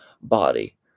body